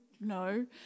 No